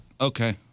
Okay